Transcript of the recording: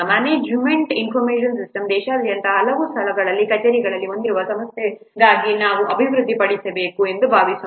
management information system ದೇಶಾದ್ಯಂತ ಹಲವಾರು ಸ್ಥಳಗಳಲ್ಲಿ ಕಚೇರಿಗಳನ್ನು ಹೊಂದಿರುವ ಸಂಸ್ಥೆಗಾಗಿ ನಾವು ಅಭಿವೃದ್ಧಿಪಡಿಸಬೇಕು ಎಂದು ಭಾವಿಸೋಣ